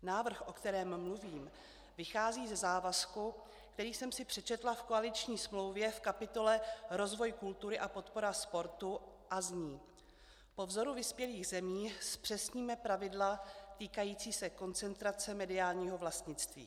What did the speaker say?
Návrh, o kterém mluvím, vychází ze závazku, který jsem si přečetla v koaliční smlouvě v kapitole Rozvoj kultury a podpora sportu a zní: Po vzoru vyspělých zemí zpřesníme pravidla týkající se koncentrace mediálního vlastnictví.